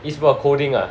it's about coding ah